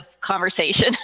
conversation